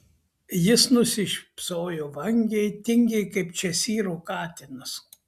jis nusišypsojo vangiai tingiai kaip češyro katinas